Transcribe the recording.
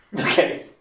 Okay